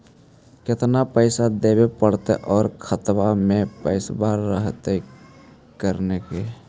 केतना पैसा देबे पड़तै आउ खातबा में पैसबा रहतै करने?